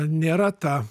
nėra ta